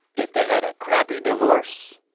if they had a crappy divorce.